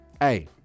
Hey